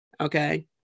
Okay